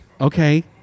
Okay